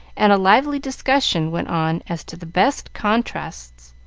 and a lively discussion went on as to the best contrasts.